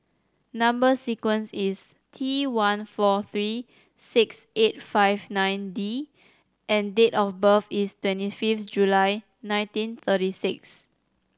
number sequence is T one four three six eight five nine D and date of birth is twenty fifth July nineteen thirty six